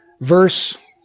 verse